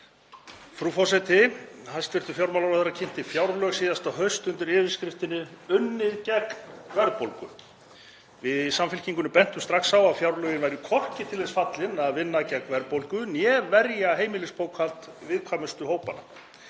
Frú forseti. Hæstv. fjármálaráðherra kynnti fjárlög síðasta haust undir yfirskriftinni Unnið gegn verðbólgu. Við í Samfylkingunni bentum strax á að fjárlögin væru hvorki til þess fallin að vinna gegn verðbólgu né verja heimilisbókhald viðkvæmustu hópanna.